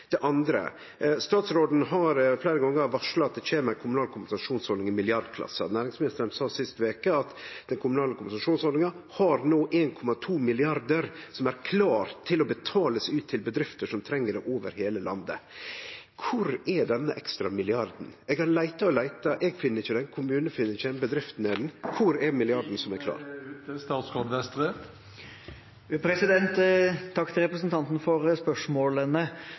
Det andre: Statsråden har fleire gonger varsla at det kjem ei kommunal kompensasjonsordning i milliardklassa. Næringsministeren sa sist veke at den kommunale kompensasjonsordninga no har 1,2 mrd. kr som er klare til å bli betalte ut til bedrifter som treng det, over heile landet. Kvar er denne ekstra milliarden? Eg har leita og leita. Eg finn han ikkje, kommunane finn han ikkje, bedriftene har han ikkje. Kvar er milliarden som er klar? Tiden er ute. Takk til representanten for